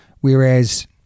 Whereas